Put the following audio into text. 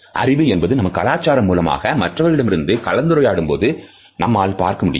அறிவு என்பது நமது கலாச்சாரம் மூலமாக மற்றவர்களிடம் கலந்துரையாடும் போது நம்மால் பார்க்க முடியும்